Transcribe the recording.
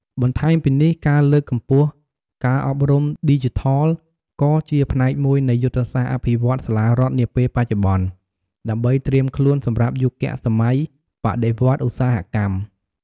បន្ថែមពីនេះ ការលើកកម្ពស់ការអប់រំឌីជីថល ក៏ជាផ្នែកមួយនៃយុទ្ធសាស្ត្រអភិវឌ្ឍន៍សាលារដ្ឋនាពេលបច្ចុប្បន្ន ដើម្បីត្រៀមខ្លួនសម្រាប់យុគសម័យបដិវត្តន៍ឧស្សាហកម្ម។